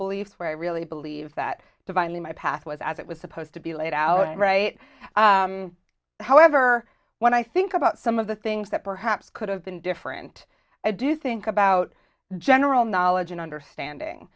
beliefs where i really believe that divinely my path was as it was supposed to be laid out right however when i think about some of the things that perhaps could have been different i do think about general knowledge and understanding